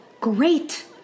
great